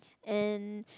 and